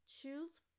Choose